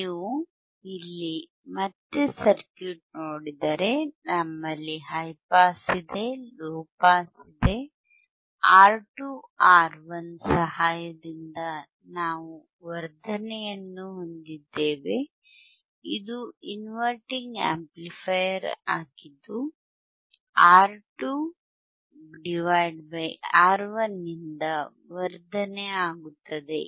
ನೀವು ಇಲ್ಲಿ ಮತ್ತೆ ಸರ್ಕ್ಯೂಟ್ ನೋಡಿದರೆ ನಮ್ಮಲ್ಲಿ ಹೈ ಪಾಸ್ ಇದೆ ಲೊ ಪಾಸ್ ಇದೆ R2 R1 ಸಹಾಯದಿಂದ ನಾವು ವರ್ಧನೆಯನ್ನು ಹೊಂದಿದ್ದೇವೆ ಇದು ಇನ್ವರ್ಟಿಂಗ್ ಆಂಪ್ಲಿಫಯರ್ ಆಗಿದ್ದು ಮತ್ತು R2 R1 ನಿಂದ ವರ್ಧನೆ ಆಗುತ್ತದೆ